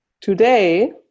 Today